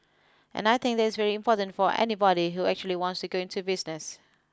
and I think that is very important for anybody who actually wants to go into business